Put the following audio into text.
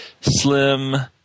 Slim